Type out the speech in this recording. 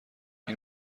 این